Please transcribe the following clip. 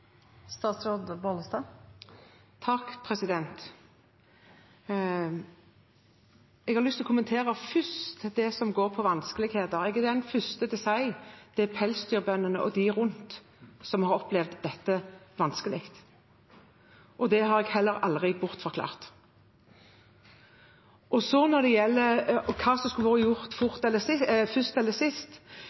Jeg har først lyst til å kommentere det som går på vanskeligheter: Jeg er den første til å si at det er pelsdyrbøndene og de rundt dem som har opplevd dette som vanskelig. Det har jeg heller aldri bortforklart. Når det gjelder hva som skulle vært gjort